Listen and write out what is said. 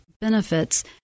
benefits